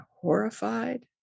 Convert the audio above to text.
horrified